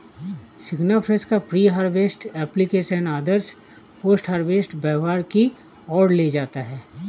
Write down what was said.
सिग्नाफ्रेश का pre harvest application आदर्श post harvest व्यवहार की ओर ले जाता है